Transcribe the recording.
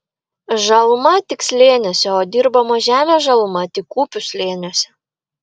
žaluma tik slėniuose o dirbamos žemės žaluma tik upių slėniuose